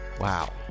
Wow